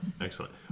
Excellent